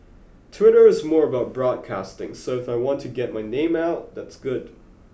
Twitter is more about broadcasting so if I want to get my name out that's good